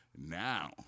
Now